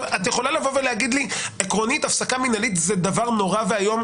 את יכולה להגיד לי שעקרונית שחרור מינהלי בבתי הכלא זה דבר נורא ואיום